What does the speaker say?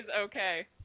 okay